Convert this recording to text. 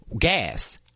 gas